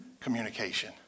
Communication